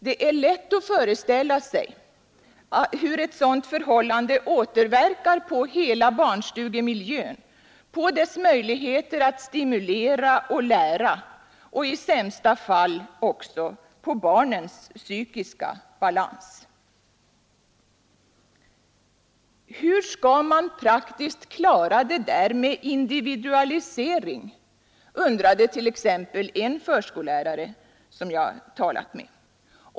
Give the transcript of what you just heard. Det är lätt att föreställa sig hur ett sådant förhållande återverkar på hela barnstugemiljön, på dess möjligheter att stimulera och lära och i sämsta fall också på barnens psykiska balans. Hur skall man praktiskt klara det där med individualisering? undrade t.ex. en förskollärare som jag talade med.